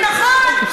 ראש עיר, נכון.